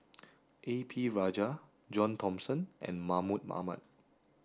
a P Rajah John Thomson and Mahmud Ahmad